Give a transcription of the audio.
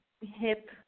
hip